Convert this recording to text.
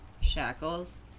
shackles